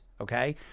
okay